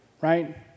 right